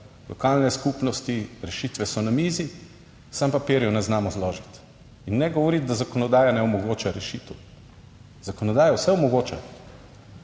lokalne skupnosti, rešitve so na mizi, samo papirjev ne znamo zložiti in ne govoriti, da zakonodaja ne omogoča rešitev. Zakonodaja vse omogoča.